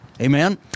amen